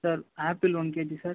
sir apple one K G sir